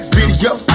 Video